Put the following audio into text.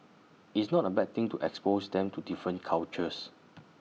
it's not A bad thing to expose them to different cultures